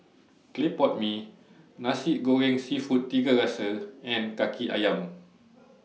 Clay Pot Mee Nasi Goreng Seafood Tiga Rasa and Kaki Ayam